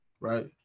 right